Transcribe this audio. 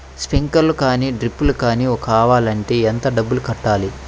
Sprinkler కానీ డ్రిప్లు కాని కావాలి అంటే ఎంత డబ్బులు కట్టాలి?